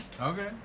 Okay